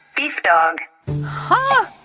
beef dog huh?